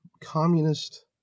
communist